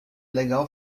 legal